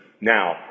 Now